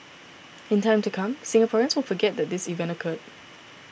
in time to come Singaporeans will forget that this event occur